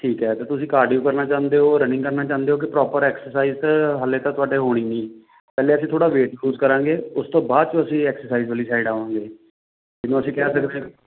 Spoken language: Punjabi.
ਠੀਕ ਹੈ ਅਤੇ ਤੁਸੀਂ ਕਾਰਡੀਓ ਕਰਨਾ ਚਾਹੁੰਦੇ ਹੋ ਰਨਿੰਗ ਕਰਨਾ ਚਾਹੁੰਦੇ ਹੋ ਕਿ ਪ੍ਰੋਪਰ ਐਕਸਰਸਾਈਜ ਹਾਲੇ ਤਾਂ ਤੁਹਾਡੇ ਹੋਣੀ ਨਹੀਂ ਪਹਿਲੇ ਅਸੀਂ ਥੋੜ੍ਹਾ ਵੇਟ ਲੂਜ਼ ਕਰਾਂਗੇ ਉਸ ਤੋਂ ਬਾਅਦ 'ਚੋਂ ਅਸੀਂ ਐਕਸਰਸਾਈਜ ਵਾਲੀ ਸਾਈਡ ਆਵਾਂਗੇ ਇਹਨੂੰ ਅਸੀਂ ਕਹਿ ਸਕਦੇ ਹਾਂ